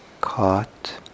caught